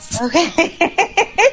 Okay